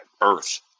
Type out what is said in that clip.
earth